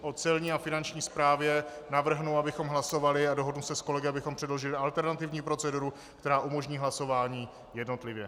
O Celní a Finanční správě navrhnu, abychom hlasovali, a dohodnu se s kolegy, abychom předložili alternativní proceduru, která umožní hlasování jednotlivě.